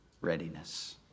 readiness